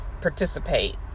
participate